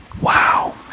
Wow